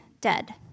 dead